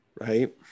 Right